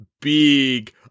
big